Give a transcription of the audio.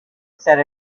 said